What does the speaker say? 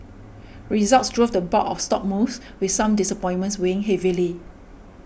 results drove the bulk of stock moves with some disappointments weighing heavily